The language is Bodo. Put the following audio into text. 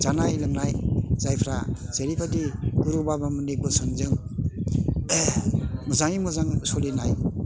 जानाय लोंनाय जायफ्रा जेरै बायदि गुरु बाबामोननि बोसोनजों मोजाङै मोजां सलिनाय